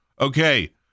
okay